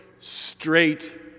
straight